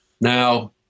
now